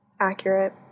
Accurate